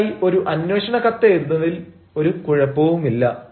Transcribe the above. അതിനായി ഒരു അന്വേഷണ കത്തെഴുതുന്നതിൽ ഒരു കുഴപ്പവുമില്ല